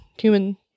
human